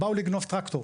באו לגנוב טרקטור.